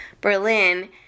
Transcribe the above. Berlin